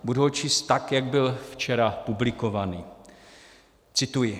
Budu ho číst tak, jak byl včera publikovaný. Cituji.